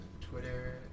Twitter